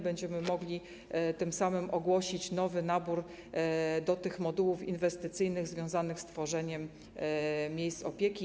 Będziemy mogli tym samym ogłosić nowy nabór do tych modułów inwestycyjnych związanych z tworzeniem miejsc opieki.